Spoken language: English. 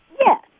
Yes